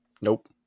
Nope